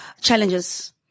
Challenges